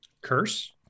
Curse